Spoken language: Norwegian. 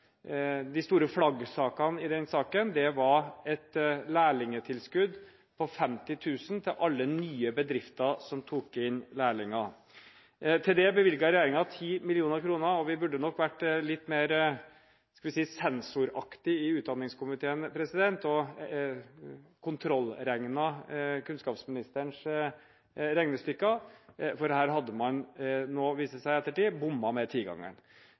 de store fanesakene i den saken, var et lærlingtilskudd på 50 000 til alle nye bedrifter som tok inn lærlinger. Til det bevilget regjeringen 10 mill. kr, og vi burde nok vært litt mer, skal vi si, «sensoraktig» i utdanningskomiteen og kontrollregnet kunnskapsministerens regnestykker, for her hadde man – viser det seg nå i ettertid – bommet med